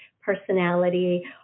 personality